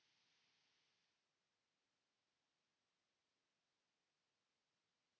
Kiitos